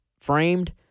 framed